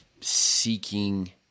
seeking